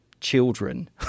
Children